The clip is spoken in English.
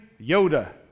Yoda